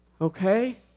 okay